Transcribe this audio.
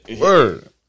Word